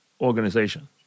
organization